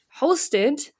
hosted